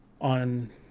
on